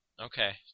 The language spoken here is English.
Okay